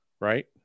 Right